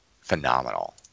phenomenal